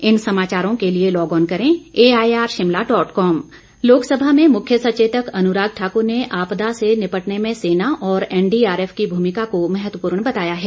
अनुराग लोकसभा में मुख्य सचेतक अनुराग ठाकुर ने आपदा से निपटने में सेना और एनडीआरएफ की भूमिका को महत्वपूर्ण बताया है